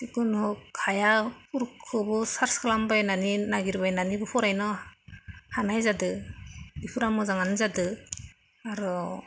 जिखुनु हायि फोरखौबो सार्स खालामबायनानै नागिरबायनानैबो फरायनो हानाय जादों बेफोरो मोजांआनो जादों आरो